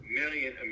million